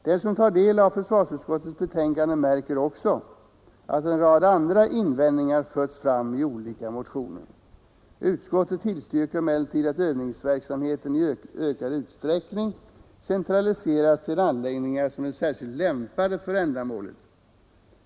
Den som tar del av försvarsutskottets betänkande märker också att en rad andra invändningar förts fram i olika motioner. Utskottet tillstyrker emellertid att övningsverksamheten i ökad utsträckning centraliseras till anläggningar som är särskilt lämpade för ändamålet.